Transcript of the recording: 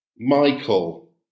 Michael